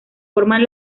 forman